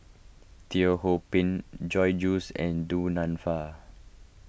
Teo Ho Pin Joyce Jue and Du Nanfa